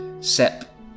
Sep